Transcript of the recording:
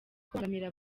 kubangamira